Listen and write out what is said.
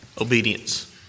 obedience